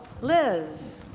Liz